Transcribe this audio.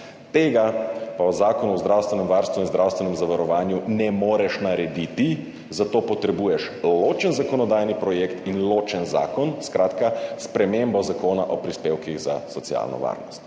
Tega pa v Zakonu o zdravstvenem varstvu in zdravstvenem zavarovanju ne moreš narediti, za to potrebuješ ločen zakonodajni projekt in ločen zakon, skratka spremembo Zakona o prispevkih za socialno varnost.